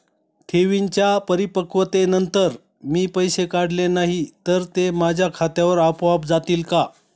ठेवींच्या परिपक्वतेनंतर मी पैसे काढले नाही तर ते माझ्या खात्यावर आपोआप जातील का?